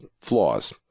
flaws